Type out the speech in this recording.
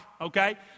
okay